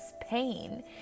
pain